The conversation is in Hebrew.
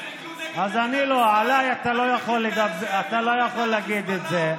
אז אני לא, עליי אתה לא יכול להגיד את זה.